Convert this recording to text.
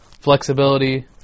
flexibility